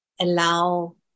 allow